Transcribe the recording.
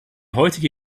heutige